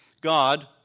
God